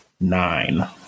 nine